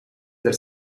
del